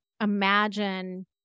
imagine